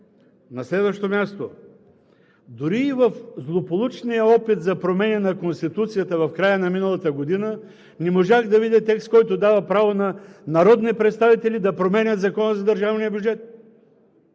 На следващо място, дори в злополучния опит за промени в Конституцията в края на миналата година не можах да видя текст, който дава право на народни представители да променят Закона за държавния бюджет!